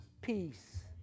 peace